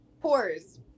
Pores